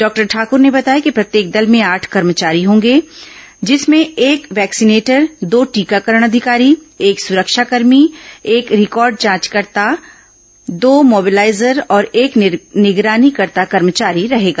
doctor Thakar ने बताया कि प्रत्येक दल में आठ कर्मचारी रहेंगे जिसमें एक वैक्सीनेटर दो टीकाकरण अधिकारी एक सुरक्षाकर्मी एक रिकॉर्ड जांचकर्ता दो मोबिलाइजर और एक निगरानीकर्ता कर्मचारी रहेगा